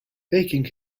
taking